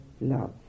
love